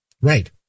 Right